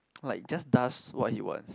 like just does what he wants